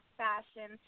fashion